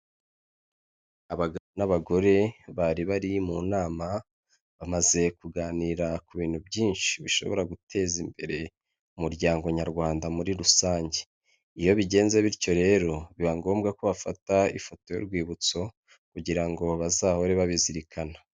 Abagabo n'abagore bari bari mu nama, bamaze kuganira ku bintu byinshi bishobora guteza imbere, umuryango nyarwanda muri rusange, iyo bigenze bityo rero, biba ngombwa ko bafata ifoto y'urwibutso, kugira ngo bazahore babizirikana.